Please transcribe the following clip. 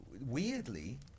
weirdly